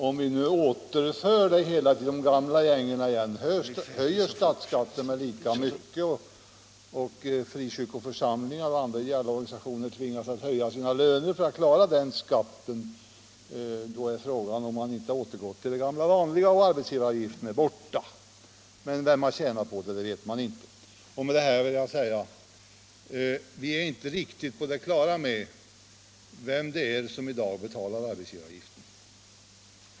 Om vi nu återför det hela i de gamla gängorna, om vi höjer statsskatten med lika mycket som arbetsgivaravgiften kostar och om frikyrkoförsamlingar och andra ideella organisationer tvingas höja sina löner av det skälet, då har vi återgått till det gamla vanliga och arbetsgivaravgiften är borta —- men vem har tjänat på det? Det vet man inte. andra ideella organisationer tvingas höja sina löner av det skälet, då har vi återgått till det gamla vanliga och arbetsgivaravgiften är borta — men vem har tjänat på det? Det vet man inte. Med det här vill jag säga att vi inte är riktigt på det klara med vem det är som i dag betalar arbetsgivaravgiften.